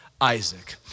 Isaac